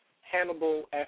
hannibal